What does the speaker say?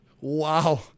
Wow